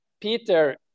peter